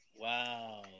Wow